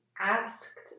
asked